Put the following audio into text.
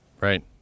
Right